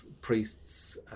priests